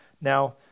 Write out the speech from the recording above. Now